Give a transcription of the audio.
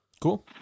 Cool